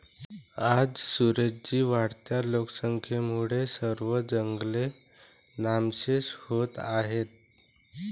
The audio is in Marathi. आज सुरेश जी, वाढत्या लोकसंख्येमुळे सर्व जंगले नामशेष होत आहेत